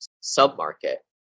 sub-market